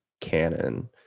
canon